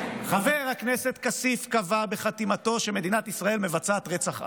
חבר הכנסת כסיף קבע בחתימתו שמדינת ישראל מבצעת רצח עם.